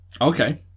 Okay